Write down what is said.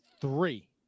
three